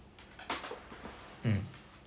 mm